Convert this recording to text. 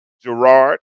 Gerard